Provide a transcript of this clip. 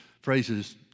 phrases